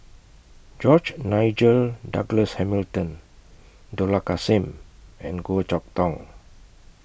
George Nigel Douglas Hamilton Dollah Kassim and Goh Chok Tong